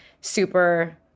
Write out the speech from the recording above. super